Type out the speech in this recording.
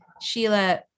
Sheila